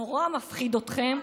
נורא מפחיד אתכם,